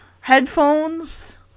headphones